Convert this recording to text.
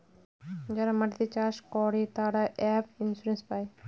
যারা মাটিতে ধান চাষ করে, তারা ক্রপ ইন্সুরেন্স পায়